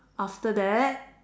after that